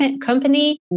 company